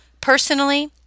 personally